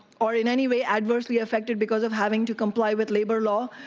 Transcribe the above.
or in any way adversely affected because of having to comply with labor law.